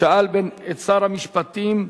ששאל את שר המשפטים,